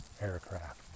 aircraft